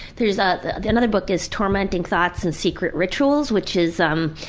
there is. ah the the and other book is tormenting thoughts and secret rituals which is um,